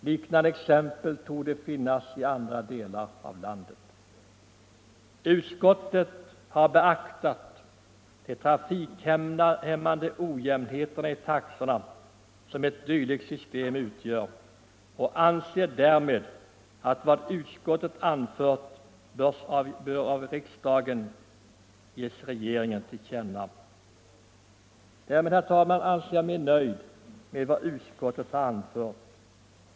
Liknande exempel torde finnas i andra delar av landet. Utskottet har beaktat de trafikhämmande ojämnheter i taxorna som ett dylikt system medför och hemställt att vad utskottet anfört av riksdagen skall ges regeringen till känna. Därmed är jag nöjd med vad utskottet har anfört.